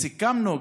סיכמנו,